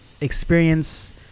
experience